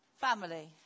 Family